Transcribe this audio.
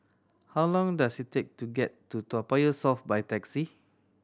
how long does it take to get to Toa Payoh South by taxi